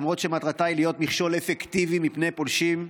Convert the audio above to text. למרות שמטרתה היא להיות מכשול אפקטיבי מפני פולשים.